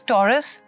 Taurus